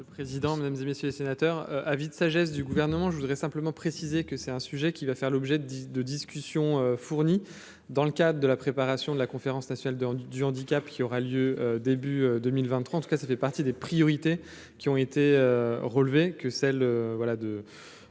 Ministre. Président, mesdames et messieurs les sénateurs à vie de sagesse du gouvernement, je voudrais simplement préciser que c'est un sujet qui va faire l'objet de discussions fournis dans le cadre de la préparation de la conférence nationale de du du handicap, qui aura lieu début 2023 tout cas ça fait partie des priorités qui ont été relevés que celle voilà